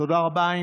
תודה רבה.